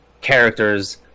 characters